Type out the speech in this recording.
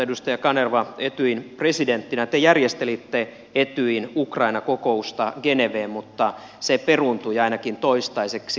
edustaja kanerva etyjin presidenttinä te järjestelitte etyjin ukraina kokousta geneveen mutta se peruuntui ainakin toistaiseksi